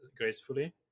gracefully